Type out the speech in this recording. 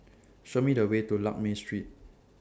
Show Me The Way to Lakme Street